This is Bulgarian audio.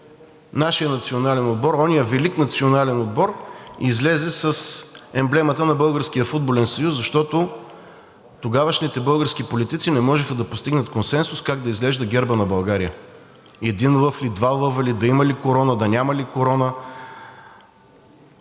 Нашият национален отбор, онзи велик национален отбор, излезе с емблемата на Българския футболен съюз, защото тогавашните български политици не можеха да постигнат консенсус как да изглежда гербът на България – един лъв ли, два лъва ли да има, да има ли корона, да няма ли корона.